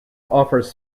offers